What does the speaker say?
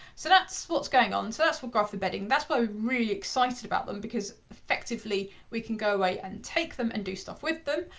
so that's what's going on, so that's what's graphing embedding, that's why we're really excited about them because effectively, we can go away and take them and do stuff with them.